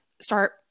start